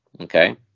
Okay